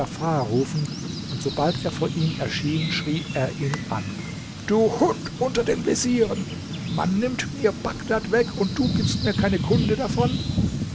rufen und sobald er vor ihm erschien schrie er ihn an du hund unter den vezieren man nimmt mir bagdad weg und du gibst mir keine kunde davon